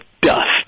dust